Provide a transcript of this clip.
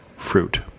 fruit